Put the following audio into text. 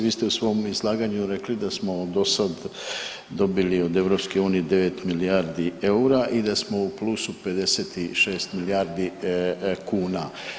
Vi ste u svom izlaganju rekli da smo do sad dobili od EU 9 milijardi eura i da smo u plusu 56 milijardi kuna.